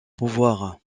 pouvoir